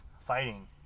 fighting